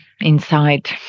inside